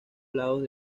lados